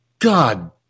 God